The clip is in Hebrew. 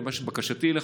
ובקשתי אליך,